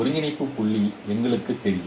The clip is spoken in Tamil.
ஒருங்கிணைப்பு புள்ளி எங்களுக்குத் தெரியும்